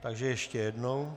Takže ještě jednou.